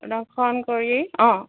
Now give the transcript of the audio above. দৰ্শন কৰি অঁ